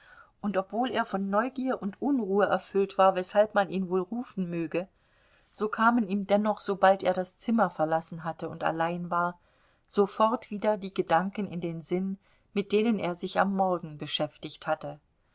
und obwohl er von neugier und unruhe erfüllt war weshalb man ihn wohl rufen möge so kamen ihm dennoch sobald er das zimmer verlassen hatte und allein war sofort wieder die gedanken in den sinn mit denen er sich am morgen beschäftigt hatte